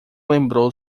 lembrou